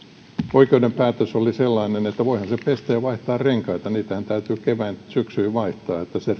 oikeuden päätös oli sellainen että voihan hän pestä ja vaihtaa renkaita niitähän täytyy keväin syksyin vaihtaa ja se